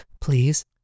Please